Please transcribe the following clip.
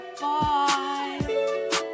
Bye